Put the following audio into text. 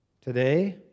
Today